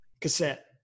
Cassette